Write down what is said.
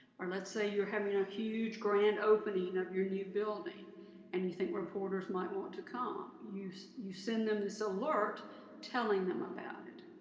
or let's say you're having a huge grand opening of your new building and you think reporters might want to come. you send them this alert telling them about it.